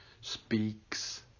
speaks